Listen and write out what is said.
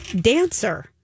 dancer